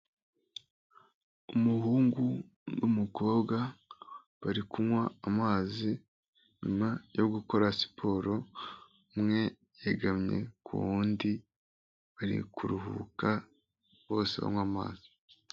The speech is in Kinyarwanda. Umuhungu n'umukobwa bari kunywa amazi nyuma yo gukora siporo, umwe yegamye ku wundi bari kuruhuka bose banywa amazi.